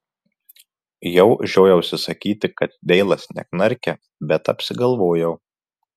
jau žiojausi sakyti kad deilas neknarkia bet apsigalvojau